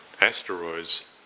asteroids